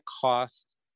cost